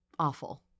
Awful